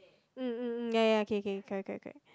mm mm ya ya ya K K correct correct correct